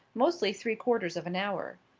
mostly three quarters of an hour.